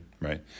Right